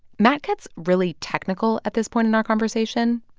matt gets really technical at this point in our conversation.